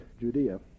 Judea